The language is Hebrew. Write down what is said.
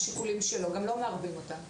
חייבים להפריד את זה מהמחיר